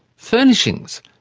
furnishings,